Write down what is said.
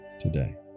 today